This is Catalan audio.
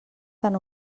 tan